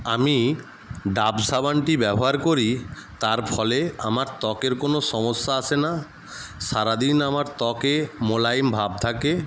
আমি ডাভ সাবানটি ব্যবহার করি তার ফলে আমার ত্বকের কোনো সমস্যা আসে না সারাদিন আমার ত্বকে মোলায়েম ভাব থাকে